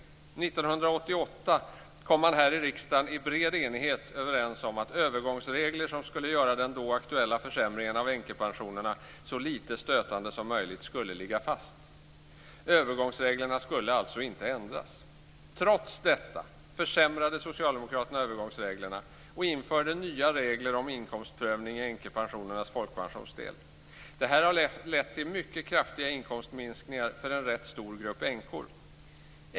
1988 kom man här i riksdagen i bred enighet överens om att övergångsregler som skulle göra den då aktuella försämringen av änkepensionerna så lite stötande som möjligt skulle ligga fast. Övergångsreglerna skulle alltså inte ändras. Trots detta försämrade Socialdemokraterna övergångsreglerna och införde nya regler om inkomstprövning i änkepensionernas folkpensionsdel. Det har lett till mycket kraftiga inkomstminskningar för en rätt stor grupp änkor.